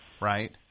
right